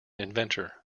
inventor